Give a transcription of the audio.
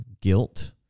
guilt